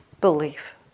belief